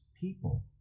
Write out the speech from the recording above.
people